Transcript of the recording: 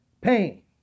Pain